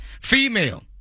female